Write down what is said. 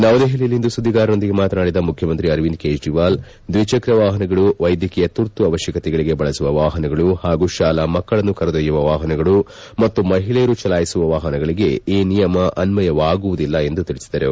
ನವೆದೆಹಲಿಯಲ್ಲಿಂದು ಸುದ್ದಿಗಾರರೊಂದಿಗೆ ಮಾತನಾಡಿದ ಮುಖ್ಯಮಂತ್ರಿ ಅರವಿಂದ್ ಕೇಜ್ರಿವಾಲ್ ದ್ವಿಚಕ್ರ ವಾಹನಗಳು ವೈದ್ಯಕೀಯ ಶುರ್ತು ಅವಶ್ಯಕತೆಗಳಿಗೆ ಬಳಸುವ ವಾಪನಗಳು ಹಾಗೂ ಶಾಲಾ ಮಕ್ಕಳನ್ನು ಕರೆದೊಯ್ದುವ ವಾಪನಗಳು ಮತ್ತು ಮಹಿಳೆಯರು ಚಲಾಯಿಸುವ ವಾಹನಗಳಿಗೆ ಈ ನಿಯಮ ಅನ್ನಯವಾಗುವುದಿಲ್ಲ ಎಂದು ತಿಳಿಸಿದರು